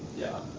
yeah.